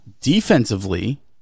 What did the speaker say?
defensively